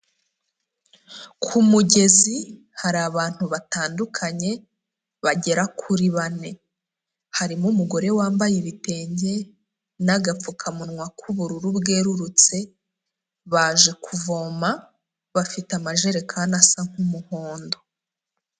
Ku mugezi hari abantu batandukanye bagera kuri bane, harimo umugore wambaye ibitenge n'agapfukamunwa k'ubururu bwerurutse, baje kuvoma bafite amajerekani asa nk'umuhondo.